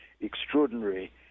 extraordinary